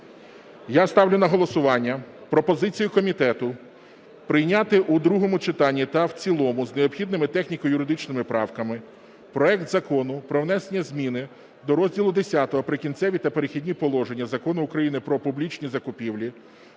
Я ставлю на голосування пропозицію комітету прийняти у другому читанні та в цілому з необхідними техніко-юридичними правками проект Закону про внесення зміни до розділу X "Прикінцеві та перехідні положення" Закону України "Про публічні закупівлі"